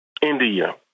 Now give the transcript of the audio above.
India